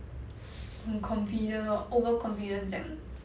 很 confident or overconfident 这样的